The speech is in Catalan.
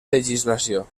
legislació